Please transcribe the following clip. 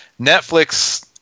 Netflix